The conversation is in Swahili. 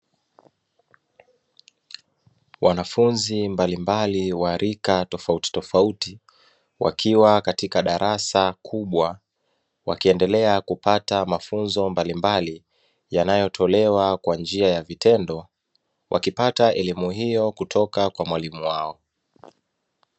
Wanafunzi mbalimbali wa rika tofautitofauti wakiwa katika darasa kubwa wakiendelea kupata mafunzo mbalimbali yanayo tolewa kwa njia ya vitendo, wakipata elimu hiyo kutoka kwa mwalimu wao.